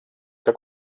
que